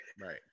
Right